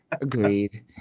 Agreed